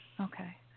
Okay